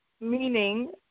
meaning